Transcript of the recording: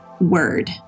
word